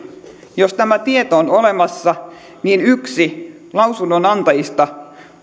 jos tämä tieto on olemassa yksi lausunnonantajista